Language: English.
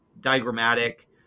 diagrammatic